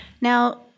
Now